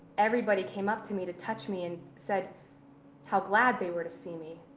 everybody came up to me to touch me and said how glad they were to see me.